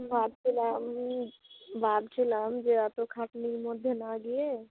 ভাবছিলাম ভাবছিলাম যে এতো খাটনির মধ্যে না গিয়ে